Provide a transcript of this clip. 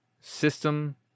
system